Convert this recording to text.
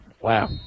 wow